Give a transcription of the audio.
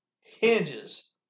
hinges